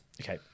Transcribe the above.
Okay